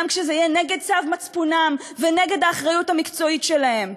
גם כשזה יהיה נגד צו מצפונם ונגד האחריות המקצועית שלהם.